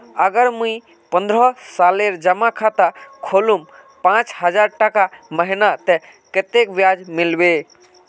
अगर मुई पन्द्रोह सालेर जमा खाता खोलूम पाँच हजारटका महीना ते कतेक ब्याज मिलबे?